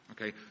Okay